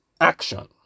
Action